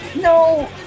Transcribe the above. no